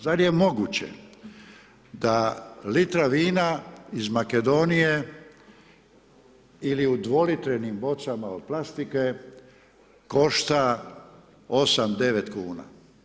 Zar je moguće da litra vina iz Makedonije ili u dvolitrenim bocama od plastike, košta 8, 9 kn?